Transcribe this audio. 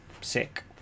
Sick